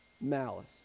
malice